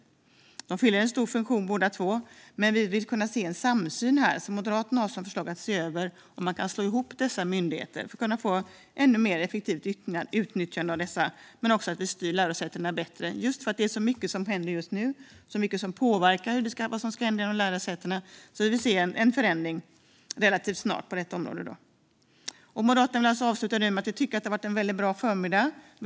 De fyller en stor funktion båda två, men vill se en samsyn här. Moderaterna har därför som förslag att man ska se över om det går att slå ihop dessa myndigheter och på så sätt få ett ännu effektivare nyttjande av dem. Det skulle göra att vi styr lärosätena bättre. Just eftersom det är så mycket som händer just nu och så mycket som påverkar vad som ska hända inom lärosätena vill vi se en förändring på detta område relativt snart. Jag vill avsluta med att återigen säga att det har varit en väldigt bra förmiddag.